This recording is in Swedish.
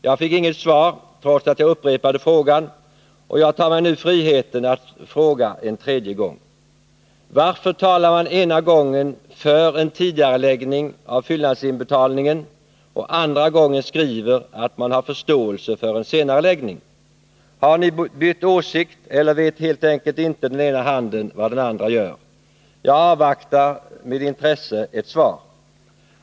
Jag fick inget svar trots att jag upprepade frågan, och jag tar mig nu friheten att fråga en tredje gång: Varför talar man ena gången för en tidigareläggning av fyllnadsinbetalningen och skriver andra gången att man har förståelse för en senareläggning? Har ni bytt åsikt, eller vet helt enkelt inte den ena handen vad den andra gör? Jag avvaktar med intresse ett svar.